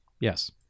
yes